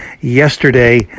yesterday